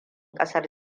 kasar